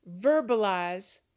verbalize